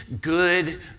good